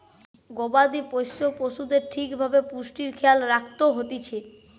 গবাদি পোষ্য পশুদের ঠিক ভাবে পুষ্টির খেয়াল রাখত হতিছে